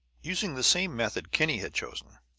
using the same method kinney had chosen,